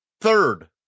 third